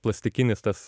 plastikinis tas